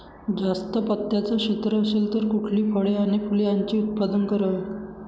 जास्त पात्याचं क्षेत्र असेल तर कुठली फळे आणि फूले यांचे उत्पादन करावे?